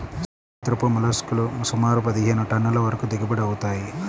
సముద్రపు మోల్లస్క్ లు సుమారు పదిహేను టన్నుల వరకు దిగుబడి అవుతాయి